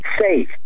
SAFE